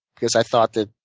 because i thought that,